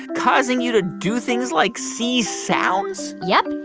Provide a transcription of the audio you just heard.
causing you to do things like see sounds? yep.